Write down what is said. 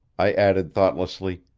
i added thoughtlessly